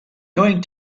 going